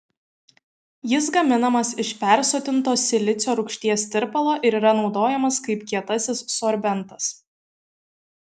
jis gaminamas iš persotinto silicio rūgšties tirpalo ir yra naudojamas kaip kietasis sorbentas